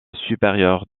supérieure